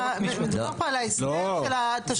מדובר פה על ההסדר של התשלום.